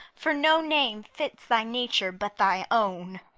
for no name fits thy nature but thy own!